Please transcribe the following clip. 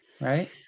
right